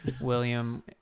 william